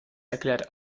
erklärt